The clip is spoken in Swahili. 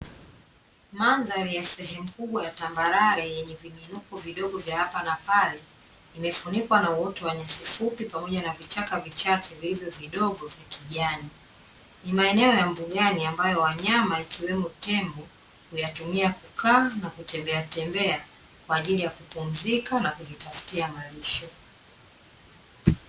Mandhari ya sehemu kubwa ya tambarare yenye viinuko vidogo vya hapa na pale imefunikwa na uwoto wa nyasi fupi pamoja na vichaka vichache vilivyo vidogo vya kijani, ni maeneo ya mbugani ambayo wanyama ikiwemo tembo kuyatumia kukaa na kutembea tembea kwa ajili ya kupumzika na kujitafutia malishe.